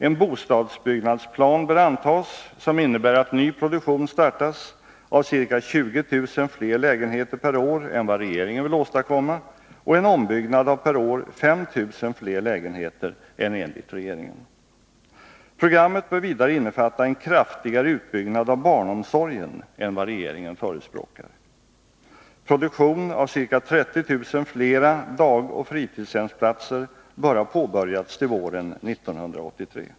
En bostadsbyggnadsplan bör antas, som innebär start för ny produktion av ca 20 000 fler lägenheter per år än vad regeringen vill åstadkomma och en ombyggnad av per år 5 000 fler lägenheter än enligt regeringen. Programmet bör vidare innefatta en kraftigare utbyggnad av barnomsorgen än vad regeringen förespråkar. Produktion av ca 30 000 fler dagoch fritidshemsplatser bör ha påbörjats till våren 1983.